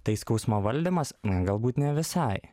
tai skausmo valdymas galbūt ne visai